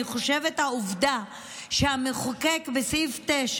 אני חושבת, העובדה שהמחוקק קבע בסעיף 9